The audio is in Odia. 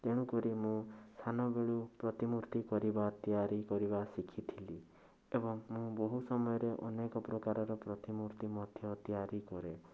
ତେଣୁ କରି ମୁଁ ସାନ ବେଳୁ ପ୍ରତିମୂର୍ତ୍ତି କରିବା ତିଆରି କରିବା ଶିଖିଥିଲି ଏବଂ ମୁଁ ବହୁତ ସମୟରେ ଅନେକ ପ୍ରକାରର ପ୍ରତିମୂର୍ତ୍ତି ମଧ୍ୟ ତିଆରି କରେ